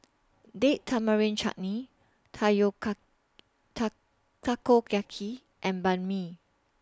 Date Tamarind Chutney Takoyaki and Banh MI